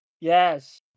Yes